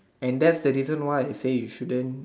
then that's the reason why I say you shouldn't